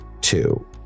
two